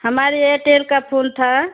हमारे एयरटेल का फोन था